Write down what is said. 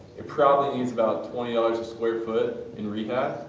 it probably needs about twenty dollars a square foot in rehab.